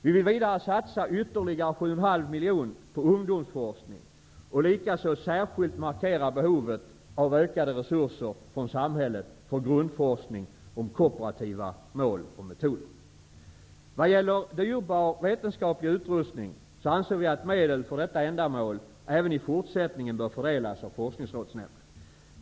Vi vill vidare satsa ytterligare 7,5 milj.kr. på ungdomsforskning. Vi vill också särskilt markera behovet av ökade resurser från samhället för grundforskning om kooperativa mål och metoder. Medel för vetenskaplig utrustning för detta ändamål anser vi även i fortsättningen bör fördelas av FRN.